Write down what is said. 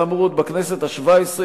כאמור עוד בכנסת השבע-עשרה,